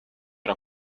era